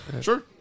Sure